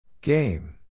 Game